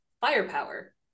firepower